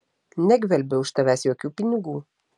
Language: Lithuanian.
negvelbiau iš tavęs jokių pinigų